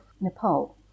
Nepal